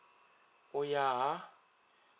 oh yeah